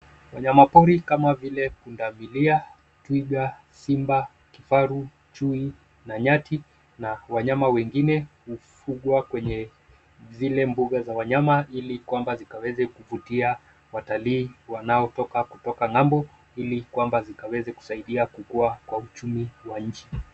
Wanyama pori kama vile: punda milia, twiga, simba, kifaru, chui na nyati na wanyama wengine, hufugwa kwenye zile mbuga za wanyama ili kwamba zikaweze kuvutia watalii wanaotoka kutoka ng'ambo ili kwamba zikaweze kusaidia kukua kwa uchumi wa nchi.